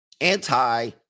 Anti